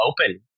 open